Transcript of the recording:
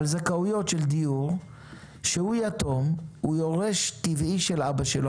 אז היתום נדפק.